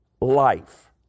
life